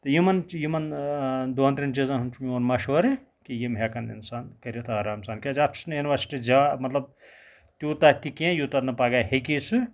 تہٕ یِمَن چھِ یِمَن دۄن ترٛین چِیزَن ہُنٛد چھُ میون مَشوَرٕ کہٕ یِم ہیٚکَن اِنسان کٔرِتھ آرام سان کیازٕ اَتھ چھُنہٕ اِنویسٹ زیا مَطلَب تیوتاہ تہِ کینٛہہ یوتاہ نہٕ پَگاہ ہیٚکی سُہ